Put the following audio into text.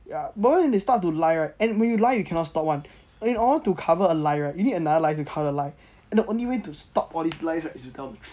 ya but once they start to lie right and when you lie you cannot stop one okay if you want to cover a lie right you need another lie to cover the lie and the only way to stop all these lie right is to tell the truth